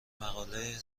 مقاله